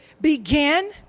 Begin